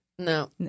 No